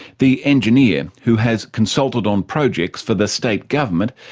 the engineer, who has consulted on projects for the state government,